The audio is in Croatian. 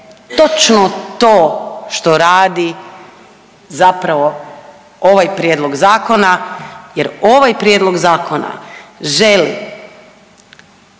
točno to što radi zapravo ovaj prijedlog zakona, jer ovaj prijedlog zakona želi